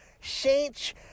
Saints